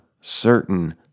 certain